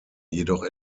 jedoch